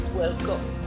welcome